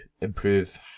improve